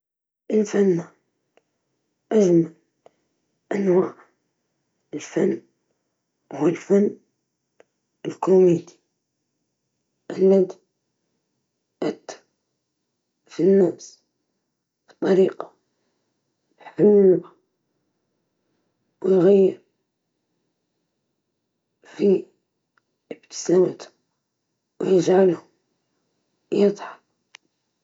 نفضل نكون فنان، لأن الفن يوصل مشاعر وأفكار للناس بسهولة ويسعدهم.